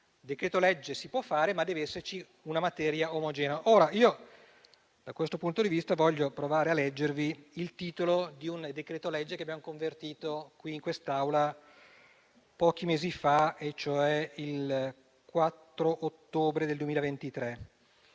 decreto-legge si può fare, ma deve riguardare una materia omogenea. Da questo punto di vista voglio provare a leggervi il titolo di un decreto-legge che abbiamo convertito in quest'Aula pochi mesi fa, il 4 ottobre 2023.